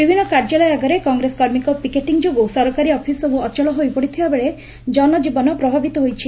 ବିଭିନ୍ କାର୍ଯ୍ୟାଳୟ ଆଗରେ କଂଗ୍ରେସ କର୍ମୀଙ୍କ ପିକେଟିଂ ଯୋଗୁଁ ସରକାରୀ ଅଫିସ୍ ସବୁ ଅଚଳ ହୋଇପଡ଼ିଥିବା ବେଳେ ଜନଜୀବନ ପ୍ରଭାବିତ ହୋଇଛି